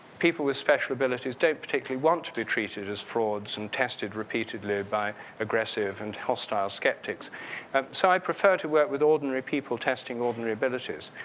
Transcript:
people with special abilities don't particularly want to be treated as frauds and tested repeatedly by aggressive and hostile skeptics and so i prefer to work with ordinary people testing ordinary abilities.